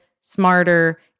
smarter